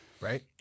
Right